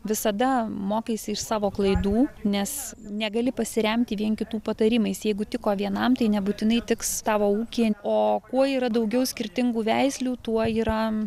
visada mokaisi iš savo klaidų nes negali pasiremti vien kitų patarimais jeigu tiko vienam tai nebūtinai tiks tavo ūkyje o kuo yra daugiau skirtingų veislių tuo yra